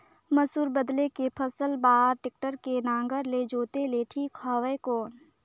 मसूर बदले के फसल बार टेक्टर के नागर ले जोते ले ठीक हवय कौन?